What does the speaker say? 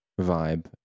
vibe